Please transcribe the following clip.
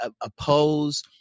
oppose